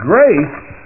Grace